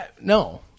no